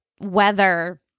weather